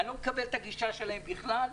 אני לא מקבל את הגישה שלהם בכלל,